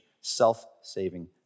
self-saving